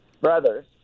brothers